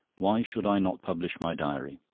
why should i not publish my diary?